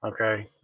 okay